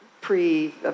pre